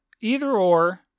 either-or